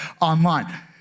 online